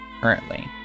currently